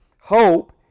Hope